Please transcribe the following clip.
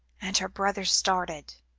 and her brother started.